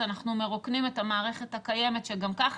אנחנו מרוקנים את המערכת הקיימת שגם ככה